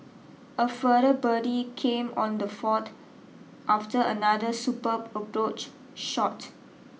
a further birdie came on the fourth after another superb approach shot